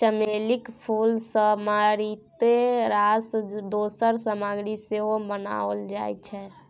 चमेलीक फूल सँ मारिते रास दोसर सामग्री सेहो बनाओल जाइत छै